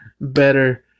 better